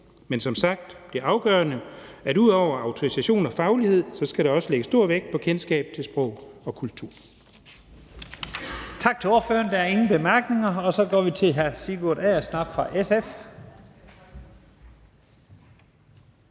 Men som sagt er det afgørende, at der ud over autorisation og faglighed også skal lægges stor vægt på kendskab til sprog og kultur.